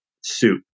soup